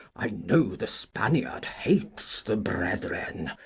i know the spaniard hates the brethren,